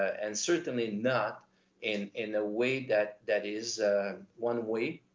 and certainly not in in a way that, that is one way,